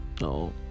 no